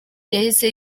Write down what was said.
yahise